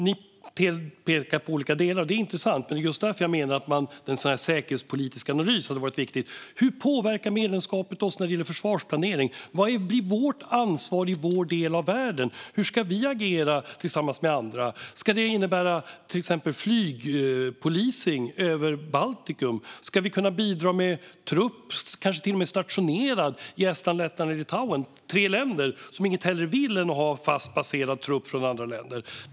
Ni pekar på olika delar, och det är intressant. Men det är just därför jag menar att en säkerhetspolitisk analys hade varit viktig. Hur påverkar medlemskapet oss när det gäller försvarsplanering? Vad blir vårt ansvar i vår del av världen? Hur ska vi agera tillsammans med andra? Ska det innebära till exempel air policing över Baltikum? Ska vi kunna bidra med trupp, kanske till och med stationerad, i Estland, Lettland, eller Litauen - tre länder som inget hellre vill än att ha fast baserad trupp från andra länder?